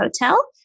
hotel